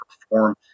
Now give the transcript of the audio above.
perform